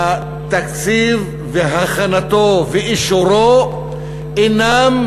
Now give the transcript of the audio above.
התקציב והכנתו, ואישורו, אינם